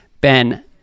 Ben